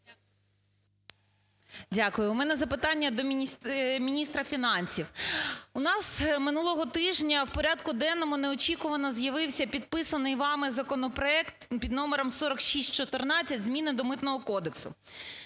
Дякую. У мене запитання до міністра фінансів, у нас минулого тижня в порядку денному неочікувано з'явився підписаний вами законопроект під номером 4614 зміни до Митного кодексу.